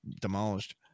demolished